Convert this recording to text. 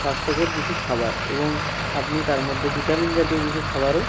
স্বাস্থ্যকর কিছু খাবার এবং আপনি তার মধ্যে ভিটামিন জাতীয় কিছু খাবারও